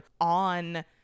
on